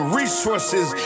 resources